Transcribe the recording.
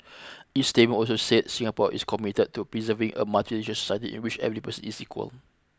its statement also said Singapore is committed to preserving a multiracial study in which every person is equal